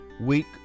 week